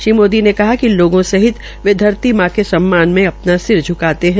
श्री मोदी ने कहा कि लोगों सहित वे धरती मां के सम्मान में अपना सिर झुकाते है